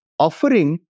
Offering